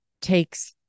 takes